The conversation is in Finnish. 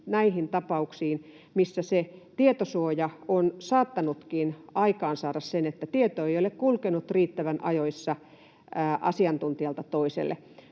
näihin tapauksiin, missä se tietosuoja on saattanutkin aikaansaada sen, että tieto ei ole kulkenut riittävän ajoissa asiantuntijalta toiselle.